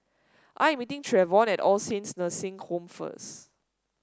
I am meeting Treyvon at All Saints Nursing Home first